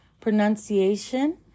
pronunciation